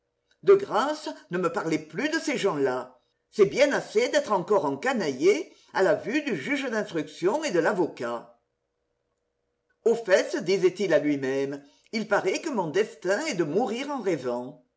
de grâce ne me parlez plus de ces gens-là c'est bien assez d'être encore encanaillé à la vue du juge d'instruction et de l'avocat au fait se disait-il à lui-même il paraît que mon destin est de mourir en rêvant